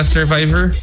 Survivor